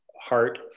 heart